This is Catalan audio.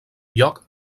lloc